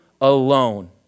alone